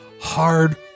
hard